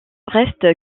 reste